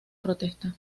protesta